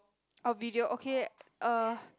a video okay uh